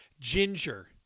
ginger